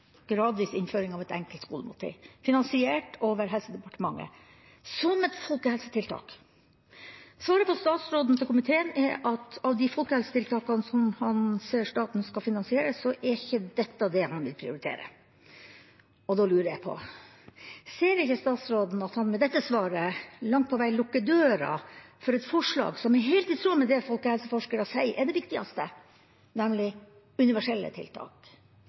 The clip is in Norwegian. gradvis innføring av et enkelt skolemåltid, finansiert over Helse- og omsorgsdepartementet – som et folkehelsetiltak. Svaret fra statsråden til komiteen er at av de folkehelsetiltakene som han ser at staten skal finansiere, er ikke dette det han vil prioritere. Og da lurer jeg på: Ser ikke statsråden at han med dette svaret langt på vei lukker døra for et forslag som er helt i tråd med det folkehelseforskere sier er det viktigste, nemlig universelle tiltak